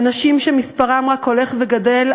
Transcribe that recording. אנשים שמספרם רק הולך וגדל,